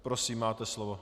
Prosím, máte slovo.